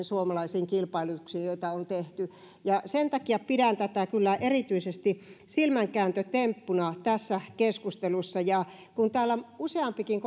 suomalaisiin kilpailutuksiin joita on tehty ja sen takia pidän tätä kyllä erityisesti silmänkääntötemppuna tässä keskustelussa kun täällä useampikin